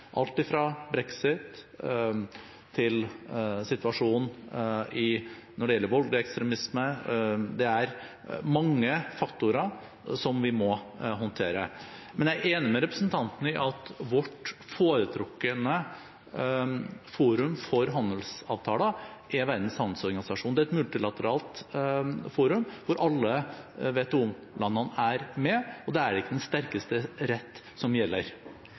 alt fra brexit til situasjonen når det gjelder voldelig ekstremisme. Det er mange faktorer som vi må håndtere. Men jeg er enig med representanten i at vårt foretrukne forum for handelsavtaler er Verdens handelsorganisasjon. Det er et multilateralt forum hvor alle WTO-landene er med, og det er ikke den sterkestes rett som gjelder.